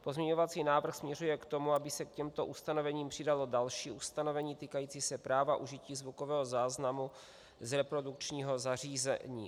Pozměňovací návrh směřuje k tomu, aby se k těmto ustanovením přidalo další ustanovení týkající se práva užití zvukového záznamu z reprodukčního zařízení.